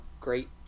great